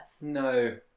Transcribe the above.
No